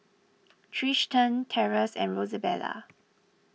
Trystan Terance and Rosabelle